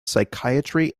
psychiatry